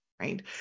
right